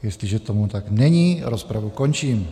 Jestliže tomu tak není, rozpravu končím.